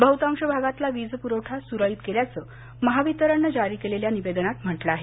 बहुतांश भागातला वीज पुरवठा सुरळीत केल्याचं महावितरण नं जारी केलेल्या निवेदनात म्हटलं आहे